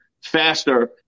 faster